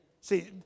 See